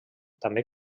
també